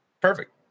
Perfect